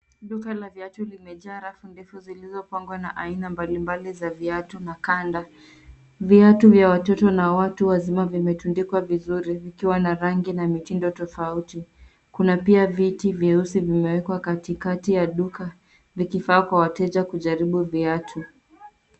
Duka la viatu limejaa rafu ndefu zilizopangwa na aina mbalimbali za viatu na kanda. Viatu vya watoto na watu wazima vimetundikwa vizuri, vikiwa na rangi na mitindo tofauti. Kuna pia viti vyeusi vimewekwa katikati ya duka, vikifaa kwa wateja wakijaribu viatu.